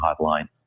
Hotline